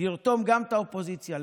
לרתום גם את האופוזיציה לפתרונות,